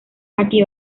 aquí